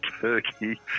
turkey